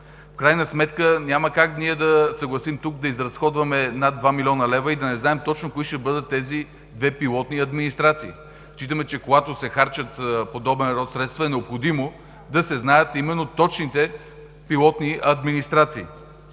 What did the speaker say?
В крайна сметка няма как ние да се съгласим тук да изразходваме над 2 млн. лв. и да не знаем точно кои ще бъдат тези две пилотни администрации. Считаме, че когато се харчат подобен род средства, е необходимо да се знаят именно точните пилотни администрации.